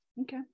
Okay